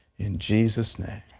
in jesus' name.